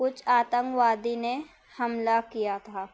کچھ آتنکوادی نے حملہ کیا تھا